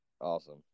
Awesome